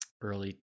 early